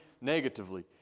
negatively